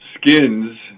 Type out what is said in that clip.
skins